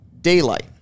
daylight